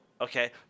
Okay